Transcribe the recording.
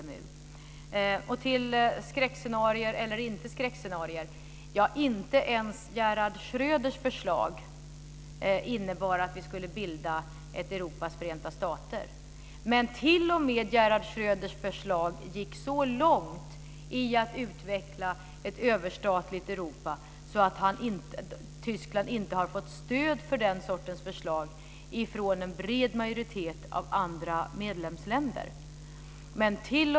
Låt mig sedan gå över till frågan om skräckscenarier eller inte skräckscenarier. Inte ens Gerhard Schröders förslag innebar att vi skulle bilda ett Europas förenta stater. Men Gerhard Schröders förslag gick t.o.m. så långt i att utveckla ett överstatligt Europa att Tyskland inte har fått stöd för det förslaget från en bred majoritet av andra medlemsländer.